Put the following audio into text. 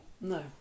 No